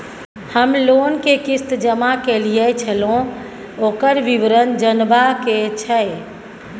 हम लोन के किस्त जमा कैलियै छलौं, ओकर विवरण जनबा के छै?